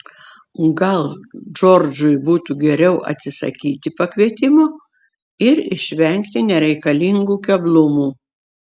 gal džordžui būtų geriau atsisakyti pakvietimo ir išvengti nereikalingų keblumų